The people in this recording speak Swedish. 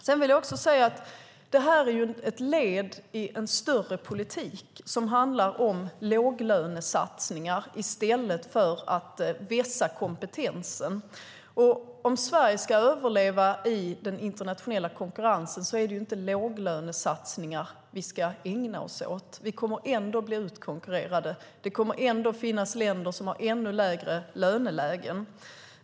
Detta är ett led i en större politik som handlar om låglönesatsningar i stället för att vässa kompetensen. Om Sverige ska överleva i den internationella konkurrensen är det inte låglönesatsningar vi ska ägna oss åt. Vi kommer ändå att bli utkonkurrerade. Det kommer ändå att finnas länder som har ännu lägre lönelägen.